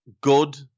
good